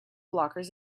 blockers